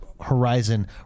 horizon